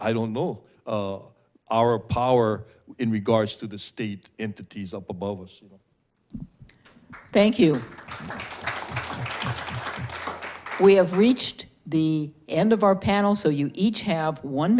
i don't know our power in regards to the state into these above us thank you we have reached the end of our panel so you each have one